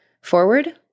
forward